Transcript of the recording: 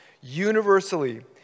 Universally